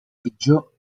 pitjor